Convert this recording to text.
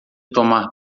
tomar